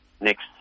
Next